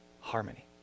harmony